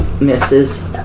misses